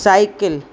cycle